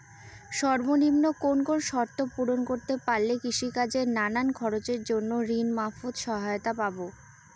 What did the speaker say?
সর্বনিম্ন কোন কোন শর্ত পূরণ করতে পারলে কৃষিকাজের নানান খরচের জন্য ঋণ মারফত সহায়তা পাব?